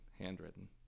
handwritten